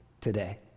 today